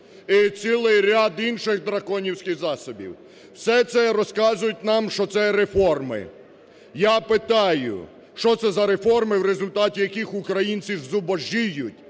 і цілий ряд інших "драконівських" засобів. Все це розказують нам, що це реформи. Я питаю, що це за реформи, в результаті яких українці зубожіють,